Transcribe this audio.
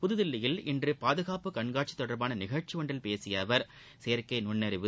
புதுதில்லியில் இன்று பாதுகாப்பு கண்காட்சி தொடர்பான நிகழ்ச்சி ஒன்றில் பேசிய அவர் செயற்கை நுண்ணறிவு